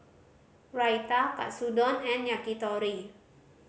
Raita Katsudon and Yakitori